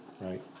right